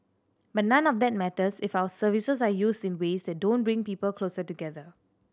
but none of that matters if our services are used in ways that don't bring people closer together